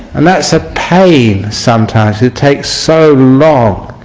and that's a pain sometimes it takes so long